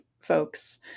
folks